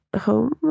home